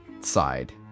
Side